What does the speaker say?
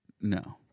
No